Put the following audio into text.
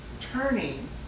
turning